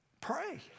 Pray